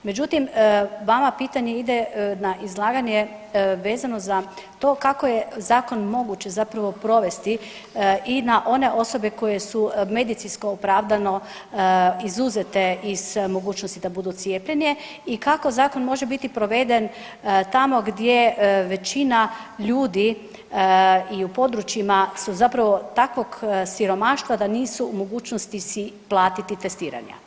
Međutim, vama pitanje ide na izlaganje vezano za to kako je zakon moguće zapravo provesti i na one osobe koje su medicinsko opravdano izuzete iz mogućnosti da budu cijepljene i kako zakon može biti proveden tamo gdje većina ljudi i u područjima su zapravo takvog siromaštva da nisu u mogućnosti si platiti testiranja.